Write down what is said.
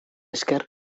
esker